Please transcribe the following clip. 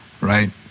Right